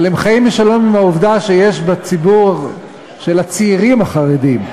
אבל הם חיים בשלום עם העובדה שיש בציבור של הצעירים החרדים,